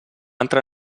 entrar